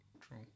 True